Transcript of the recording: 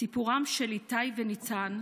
סיפורם של איתי וניצן,